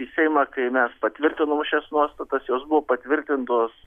į seimą kai mes patvirtinom šias nuostatas jos buvo patvirtintos